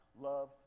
Love